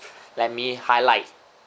let me highlight